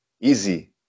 easy